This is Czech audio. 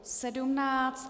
17.